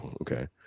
okay